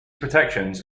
protections